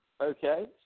Okay